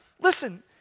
Listen